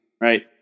right